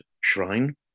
shrine